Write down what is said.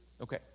Okay